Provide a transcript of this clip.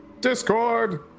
Discord